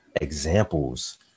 examples